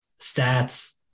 stats